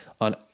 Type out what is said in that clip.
on